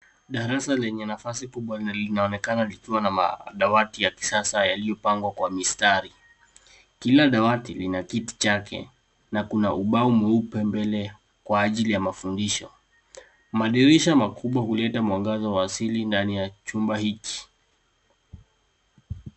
Darasa lenye nafasi kubwa na linaonekana likiwa na madawati ya kisasa yaliyopangwa kwa mistari. Kila dawati lina kiti chake na kuna ubao mweupe mbele kwa ajili ya mafundisho. Madirisha makubwa huleta mwangaza wa asili ndani ya chumba hiki.